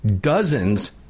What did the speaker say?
dozens